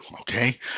okay